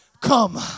come